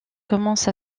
commence